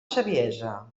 saviesa